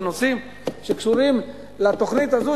זה נושאים שקשורים לתוכנית הזו,